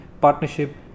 partnership